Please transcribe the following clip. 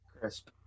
Crisp